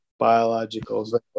biologicals